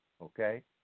okay